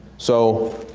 so